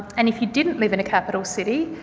and if you didn't live in a capital city,